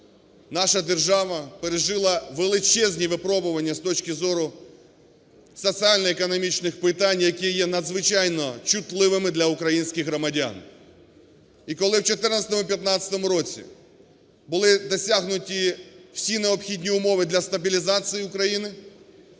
наша держава пережила величезні випробування з точки зору соціально-економічних питань, які є надзвичайно чутливими для українських громадян. І коли в 14-му–15-му році були досягнуті всі необхідні умови для стабілізації України,